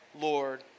Lord